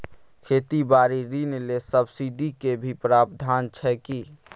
खेती बारी ऋण ले सब्सिडी के भी प्रावधान छै कि?